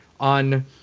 on